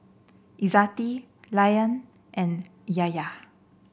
Izzati Rayyan and Yahya